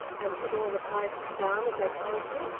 and put all the prices down, as i told ye?